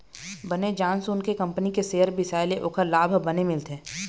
बने जान सून के कंपनी के सेयर बिसाए ले ओखर लाभ ह बने मिलथे